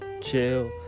Chill